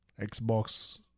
Xbox